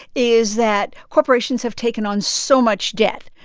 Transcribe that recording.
is that corporations have taken on so much debt.